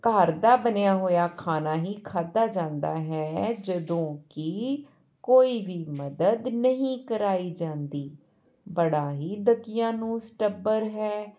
ਘਰ ਦਾ ਬਣਿਆ ਹੋਇਆ ਖਾਣਾ ਹੀ ਖਾਧਾ ਜਾਂਦਾ ਹੈ ਜਦੋਂ ਕਿ ਕੋਈ ਵੀ ਮਦਦ ਨਹੀਂ ਕਰਵਾਈ ਜਾਂਦੀ ਬੜਾ ਹੀ ਦੱਕੀਆ ਨੂਸ ਟੱਬਰ ਹੈ